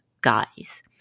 guys